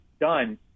done